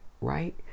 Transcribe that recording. right